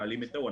מעלים את ההוא.